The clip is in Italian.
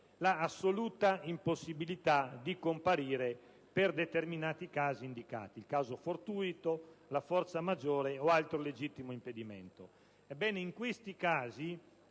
l'assoluta impossibilità di comparire per determinati casi indicati: il caso fortuito, la forza maggiore o altro legittimo impedimento. Ebbene, in questi casi,